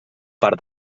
part